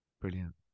Brilliant